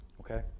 Okay